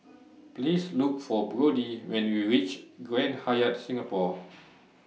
Please Look For Brodie when YOU REACH Grand Hyatt Singapore